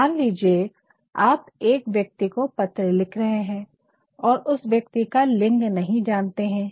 मान लीजिये आप एक व्यक्ति को पत्र लिख रहे है और उस व्यक्ति का लिंग नहीं जानते है